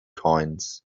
coins